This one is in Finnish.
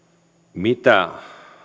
mitä